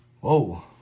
Whoa